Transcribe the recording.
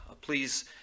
Please